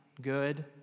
good